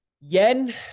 yen